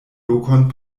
lokon